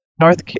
North